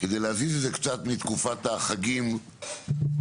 כדי להזיז את זה קצת מתקופת החגים שבהם